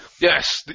Yes